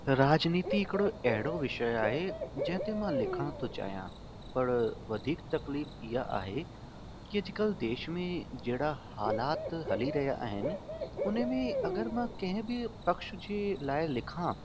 राजनीति हिकिड़ो अहिड़ो विषय आहे जंहिं ते मां लिखणु थो चाहियां पर वधीक तकलीफ़ इहा आहे की अॼुकल्ह देश में जहिड़ा हालात हली रहिया आहिनि हुन में अगर मां कंहिं बि पक्ष जे लाइ लिखां